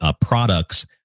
products